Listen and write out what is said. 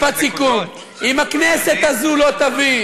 משפט סיכום: אם הכנסת הזאת לא תבין